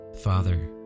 Father